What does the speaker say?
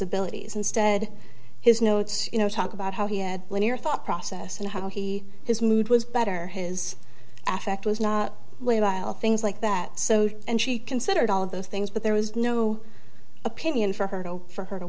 abilities instead his notes you know talk about how he had linear thought process and how he his mood was better his africa was not a while things like that so and she considered all of those things but there was no opinion for her